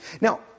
Now